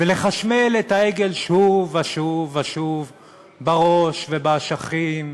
ולחשמל את העגל שוב ושוב ושוב בראש, ובאשכים,